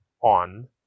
on